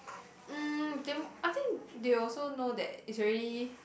mm then I think they also know that it's already